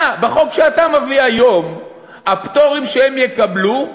אתה, בחוק שאתה מביא היום, הפטורים שהם יקבלו,